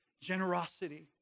generosity